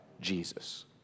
Jesus